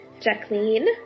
Jacqueline